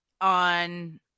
On